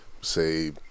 say